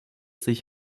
sich